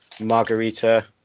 Margarita